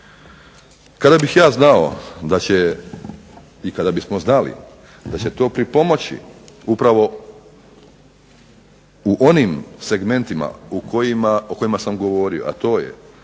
Kada bih ja znao da će i kada bismo znali da će to pripomoći upravo u onih segmentima o kojima sam govorio, a to je